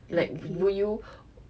ya like will you